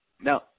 Now